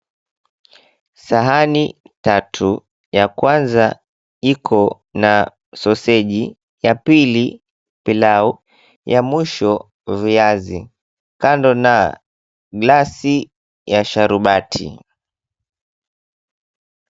Sahani tatu ya kwanza iko na sausage ya pili pilau ya mwisho viazi kando na glass ya sharubati.